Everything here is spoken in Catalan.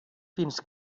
fins